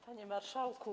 Panie Marszałku!